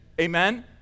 Amen